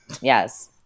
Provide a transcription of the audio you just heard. Yes